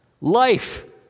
life